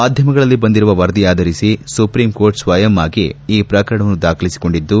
ಮಾಧ್ಯಮಗಳಲ್ಲಿ ಬಂದಿರುವ ವರದಿಯಾಧರಿಸಿ ಸುಪ್ರೀಂಕೋರ್ಟ್ ಸ್ವಯಂ ಆಗಿ ಈ ಪ್ರಕರಣವನ್ನು ದಾಖಲಿಸಿಕೊಂಡಿದ್ದು